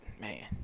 man